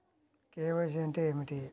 KYC అంటే ఏమిటి?